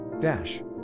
Dash